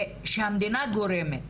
שהמדינה גורמת.